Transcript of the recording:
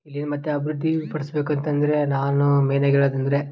ಇಲ್ಲಿ ಮತ್ತೆ ಅಭಿವೃದ್ಧಿ ಪಡ್ಸ್ಬೇಕು ಅಂತಂದರೆ ನಾನು ಮೇಯ್ನಾಗಿ ಹೇಳೋದಂದ್ರೆ